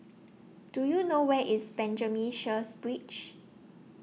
Do YOU know Where IS Benjamin Sheares Bridge